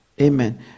Amen